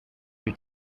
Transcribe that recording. your